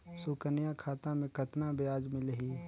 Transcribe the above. सुकन्या खाता मे कतना ब्याज मिलही?